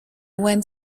went